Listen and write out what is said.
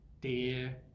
dear